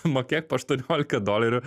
mokėk po aštuoniolika dolerių